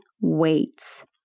weights